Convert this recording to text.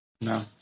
No